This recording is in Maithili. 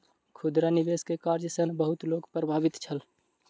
खुदरा निवेश के कार्य सॅ बहुत लोक प्रभावित छल